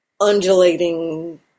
undulating